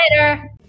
later